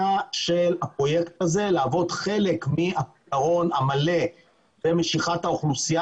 של הפרויקט הזה היא להוות חלק מהפתרון המלא למשיכת האוכלוסייה